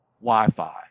Wi-Fi